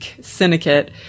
syndicate